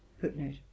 Footnote